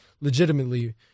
legitimately